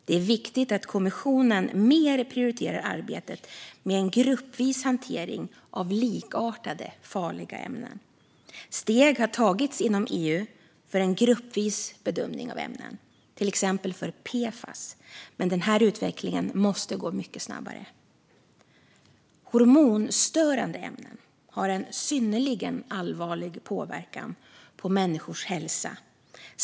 Det är viktigt att kommissionen mer prioriterar arbetet med gruppvis hantering av likartade farliga ämnen. Steg har tagits inom EU för en gruppvis bedömning av ämnen, till exempel för PFAS, men denna utveckling måste gå mycket snabbare. Hormonstörande ämnen har en synnerligen allvarlig påverkan på människors hälsa.